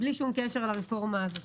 בלי שום קשר לרפורמה הזאת.